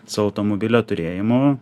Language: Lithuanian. su automobilio turėjimu